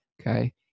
okay